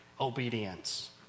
obedience